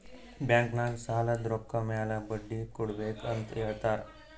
bank ನಾಗ್ ಸಾಲದ್ ರೊಕ್ಕ ಮ್ಯಾಲ ಬಡ್ಡಿ ಕೊಡ್ಬೇಕ್ ಅಂತ್ ಹೇಳ್ತಾರ್